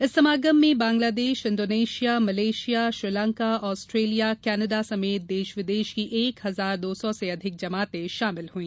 इस समागम में Bangladesh Indonesia Malaysia Sri Lanka Australia Canada समेत देश विदेश की एक हजार दो सौ से अधिक जमाते शामिल हुई